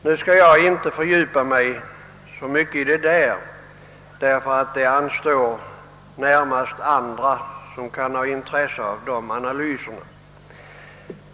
Jag skall emellertid inte fördjupa mig i det — det är närmast andra som kan ha intresse av att göra sådana analyser.